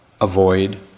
avoid